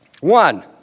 one